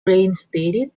reinstated